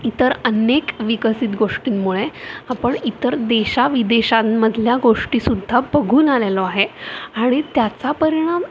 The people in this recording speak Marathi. इतर अनेक विकसित गोष्टींमुळे आपण इतर देशाविदेशांमधल्या गोष्टी सुद्धा बघून आलेलो आहे आणि त्याचा परिणाम